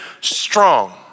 strong